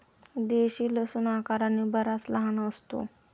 देशी लसूण आकाराने बराच लहान असतो